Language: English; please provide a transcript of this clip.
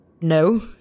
no